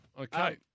Okay